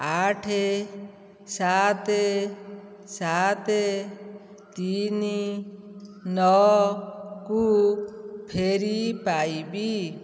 ଆଠ ସାତ ସାତ ତିନି ନଅ କୁ ଫେରି ପାଇବି